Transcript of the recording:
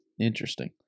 Interesting